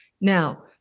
Now